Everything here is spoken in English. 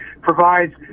provides